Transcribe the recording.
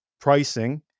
pricing